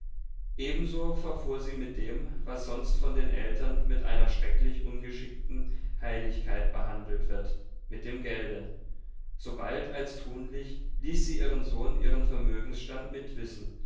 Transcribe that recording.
ebenso verfuhr sie mit dem was sonst von den eltern mit einer schrecklich ungeschickten heiligkeit behandelt wird mit dem gelde sobald als tunlich ließ sie ihren sohn ihren vermögensstand mitwissen